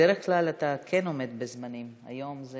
בדרך כלל אתה כן עומד בזמנים, היום זה